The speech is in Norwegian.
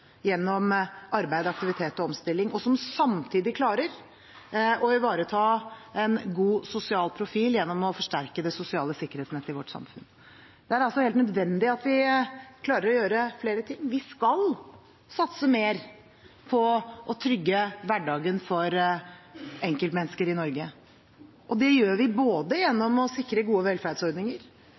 gjennom arbeid, aktivitet og omstilling, og som samtidig klarer å ivareta en god sosial profil gjennom å forsterke det sosiale sikkerhetsnettet i vårt samfunn. Det er helt nødvendig at vi klarer å gjøre flere ting. Vi skal satse mer på å trygge hverdagen for enkeltmennesker i Norge, og det gjør vi både gjennom å sikre gode velferdsordninger